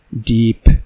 deep